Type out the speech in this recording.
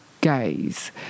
gaze